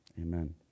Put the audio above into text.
Amen